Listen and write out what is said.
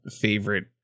favorite